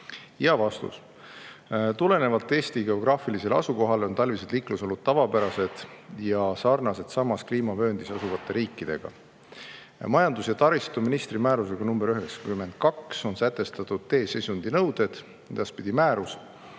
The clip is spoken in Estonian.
Ja vastus. Tulenevalt Eesti geograafilisest asukohast on talvised liiklusolud tavapärased ja sarnased samas kliimavööndis asuvate riikidega. Majandus‑ ja taristuministri määrusega nr 92 on sätestatud tee seisundinõuded – edaspidi määrus